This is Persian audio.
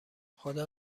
خدا